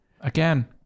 Again